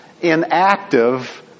inactive